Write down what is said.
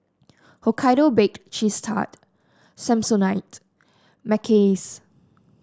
Hokkaido Baked Cheese Tart Samsonite Mackays